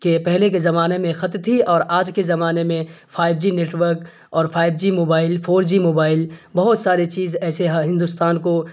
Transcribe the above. کہ پہلے کے زمانے میں خط تھی اور آج کے زمانے میں five G network five G mobile four G mobile بہت سارے چیز ایسے ہندوستان کو